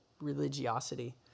religiosity